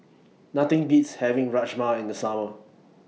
Nothing Beats having Rajma in The Summer